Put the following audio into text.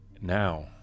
now